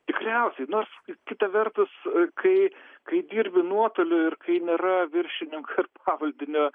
tikriausiai nors kita vertus kai kai dirbi nuotoliu ir kai nėra viršininko pavaldinio